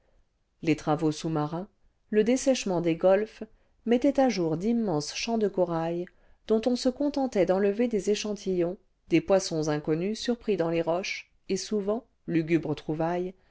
les travaux sous-marins le dessèchement des golfes mettaient à jour d'immenses champs de corail'dont on se contentait d'enlever des échantillons des poissons inconnus surpris dans les roches et souvent lugubres